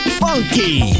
funky